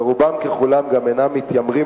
ורובם ככולם גם אינם מתיימרים,